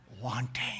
wanting